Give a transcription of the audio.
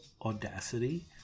Audacity